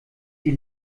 die